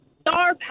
star